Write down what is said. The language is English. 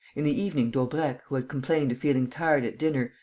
in the evening daubrecq, who had complained of feeling tired at dinner,